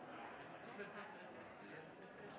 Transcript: stor takk til